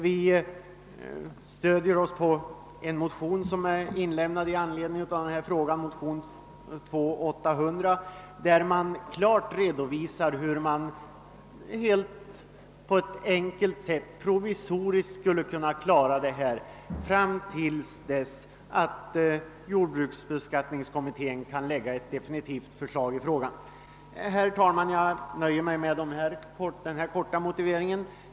Vi stödjer oss därvid på en motion som har väckts i denna fråga, II: 800, i vilken klart redovisats hur man på ett enkelt sätt provisoriskt skulle kunna lösa detta problem till dess att jordbruksbeskattningskommittén kan lägga fram ett definitivt förslag i frågan. Jag nöjer mig, herr talman, med denna korta motivering.